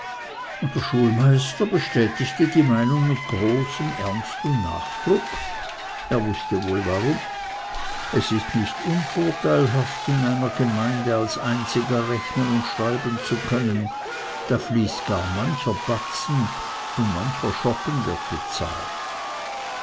und der schulmeister bestätigte die meinung mit großem ernst und nachdruck er wußte wohl warum es ist nicht unvorteilhaft in einer gemeinde einzig rechnen und schreiben zu können da fließt gar mancher batzen und mancher schoppen wird bezahlt